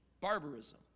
barbarism